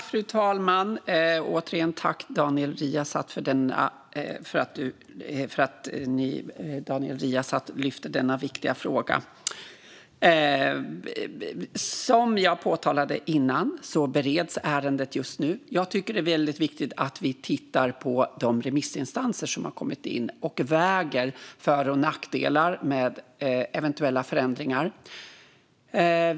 Fru talman! Jag vill återigen tacka Daniel Riazat för att han lyfter fram denna viktiga fråga. Som jag påtalade innan bereds ärendet just nu. Det är väldigt viktigt att vi tittar på svaren som har kommit från remissinstanserna och väger för och nackdelar med eventuella förändringar.